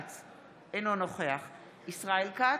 אינו נוכח חיים כץ, אינו נוכח ישראל כץ,